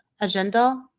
agenda